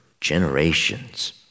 generations